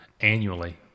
annually